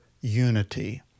unity